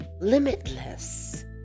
limitless